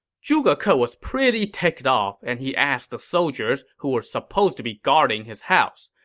zhuge ke was pretty ticked off and he asked the soldiers who were supposed to be guarding his house.